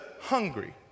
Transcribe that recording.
hungry